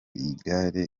igare